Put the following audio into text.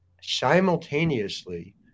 simultaneously